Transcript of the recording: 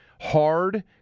hard